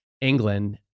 England